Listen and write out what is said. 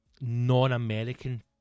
non-american